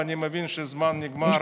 ואני מבין שהזמן נגמר,